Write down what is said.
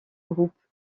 groupe